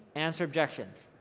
answer objections,